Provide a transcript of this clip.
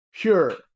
pure